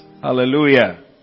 Hallelujah